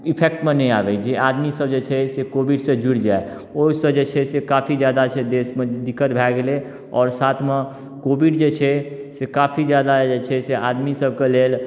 इफैक्टमे नहि आबै जे आदमीसब जे छै से कोविडसँ जुड़ि जाए ओहिसँ जे छै से काफी ज्यादा छै देशमे दिक्कत भऽ गेलै आओर साथमे कोविड जे छै से काफी ज्यादा जे छै से आदमीसबके लेल